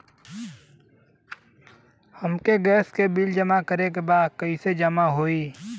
हमके गैस के बिल जमा करे के बा कैसे जमा होई?